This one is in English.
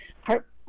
heart